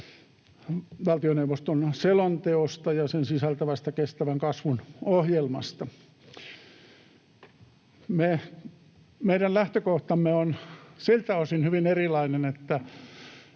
valtioneuvoston selonteosta ja sen sisältämästä kestävän kasvun ohjelmasta. Meidän lähtökohtamme on siltä osin hyvin erilainen,